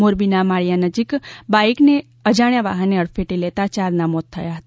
મોરબીના માળિયા ફાટક નજીક બાઇકને અજાણ્યા વાહને હડફેટે લેતાં ચારનાં મોત થયા હતા